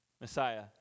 Messiah